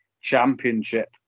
Championship